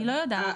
אני לא יודעת.